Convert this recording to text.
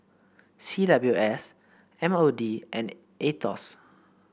C W S M O D and Aetos